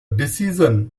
decision